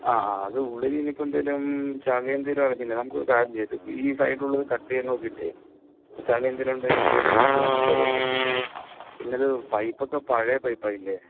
ആ ആ അത് ഉള്ളിൽ ഇപ്പോൾ എന്തെങ്കിലും ചളി എന്തെങ്കിലും ആണോ അറിയത്തില്ല പിന്നെ നമുക്ക് ഇപ്പോൾ ഒരു കാര്യം ചെയ്യാം ഇത് ഈ സൈഡിൽ ഉള്ളത് കട്ട് ചെയാൻ നോക്കിയിട്ടേ ചളി എന്തെങ്കിലും ഉണ്ടെങ്കിൽ ക്ലിയർ ചെയ്തിട്ടു നമുക്ക് അത് ഒട്ടിക്കാം പിന്നെ അത് പൈപ്പ് ഒക്കെ പഴയ പൈപ്പ് ആയില്ലേ